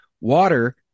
Water